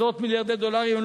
עשרות מיליארדי דולרים,